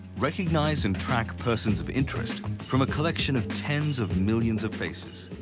recognize and track persons of interest from a collection of tens of millions of faces.